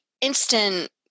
instant